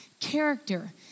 character